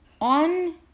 on